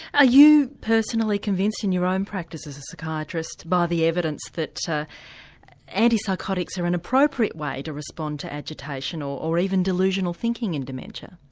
ah you personally convinced in your own practice as a psychiatrist by the evidence that antipsychotics are an appropriate way to respond to agitation or or even delusional thinking in dementia.